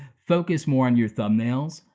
focus more on your thumbnails,